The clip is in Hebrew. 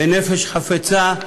בנפש חפצה,